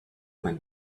man